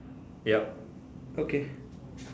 ya okay